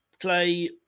play